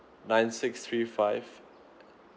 nine six three five